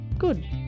Good